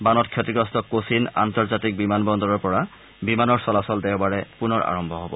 বানত ক্ষতিগ্ৰস্ত কোচিন আন্তৰ্জাতিক বিমানবন্দৰৰ পৰা বিমানৰ চলাচল দেওবাৰে পুনৰ আৰম্ভ হব